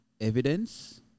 evidence